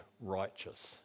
righteous